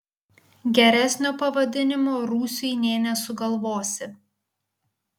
geresnio pavadinimo rūsiui nė nesugalvosi